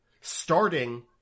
starting